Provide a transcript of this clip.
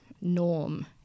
norm